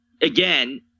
again